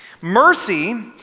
Mercy